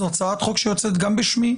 זו הצעת חוק שיוצאת גם בשמי,